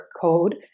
code